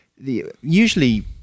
usually